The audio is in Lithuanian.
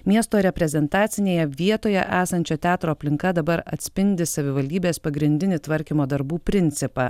miesto reprezentacinėje vietoje esančio teatro aplinka dabar atspindi savivaldybės pagrindinį tvarkymo darbų principą